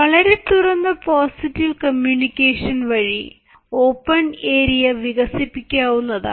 വളരെ തുറന്ന positive communication വഴി ഓപ്പൺ ഏരിയ വികസിപ്പിക്കാവുന്നതാണ്